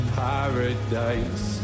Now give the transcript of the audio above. paradise